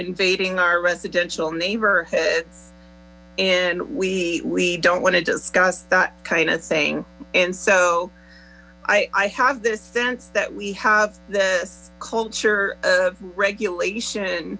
invading our residential neighbor and we we don't want to discuss that kind of thing and so i have this sense that we have the culture of regulation